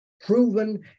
proven